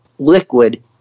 liquid